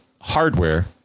Hardware